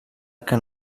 que